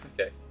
Okay